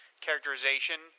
characterization